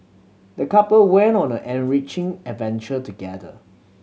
the couple went on an enriching adventure together